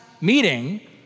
meeting